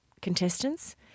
contestants